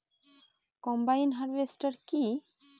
Combine harvester কি?